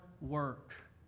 work